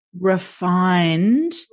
refined